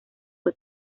fue